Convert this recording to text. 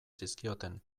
zizkioten